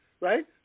right